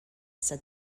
said